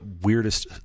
weirdest